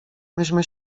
myśmy